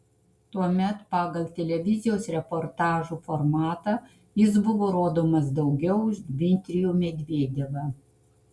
tuomet pagal televizijos reportažų formatą jis buvo rodomas daugiau už dmitrijų medvedevą